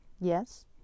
Yes